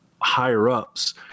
higher-ups